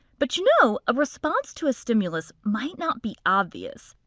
but you know, a response to a stimulus might not be obvious.